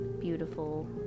beautiful